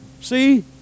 See